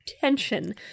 tension